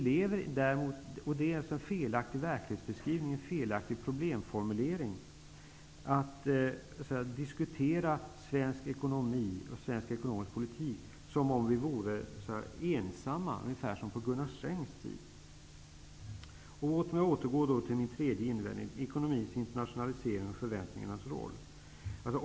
Det är alltså en felaktig verklighetsbeskrivning och en felaktig problemformulering att diskutera svensk ekonomi och svensk ekonomisk politisk som om vi vore ensamma, ungefär som på Gunnar Strängs tid. Låt mig återgå till min tredje invändning, ekonomins internationalisering och förväntningarnas roll.